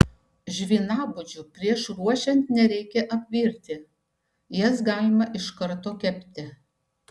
žvynabudžių prieš ruošiant nereikia apvirti jas galima iš karto kepti